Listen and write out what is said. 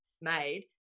made